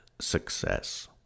Success